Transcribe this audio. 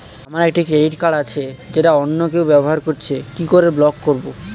আমার একটি credit card আছে যেটা অন্য কেউ ব্যবহার করছে কি করে ব্লক করবো?